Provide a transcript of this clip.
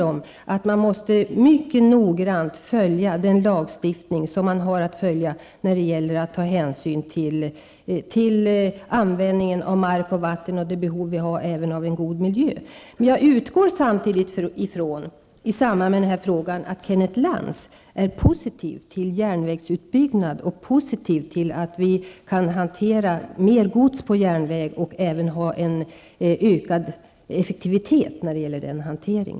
Det gäller ju att mycket noga följa den lagstiftning som finns när det gäller hänsynstagande i fråga om användningen av mark och vatten och även till behoven av en god miljö. I samband med denna fråga utgår jag från att Kenneth Lantz är positiv till en järnvägsutbyggnad samt till detta att vi kan hantera mer gods på järnväg och därmed få en ökad effektivitet i detta sammanhang.